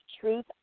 Truth